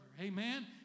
Amen